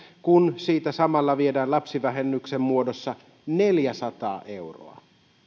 kun siltä samalla viedään lapsivähennyksen muodossa neljäsataa euroa